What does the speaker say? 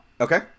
Okay